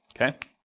Okay